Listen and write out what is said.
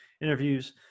interviews